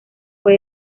fue